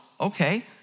okay